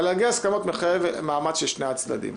אבל הגעה להסכמות מחייבת מאמץ של שני הצדדים.